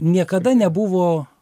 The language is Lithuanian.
niekada nebuvo